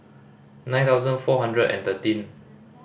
nine thousand four hundred and thirteen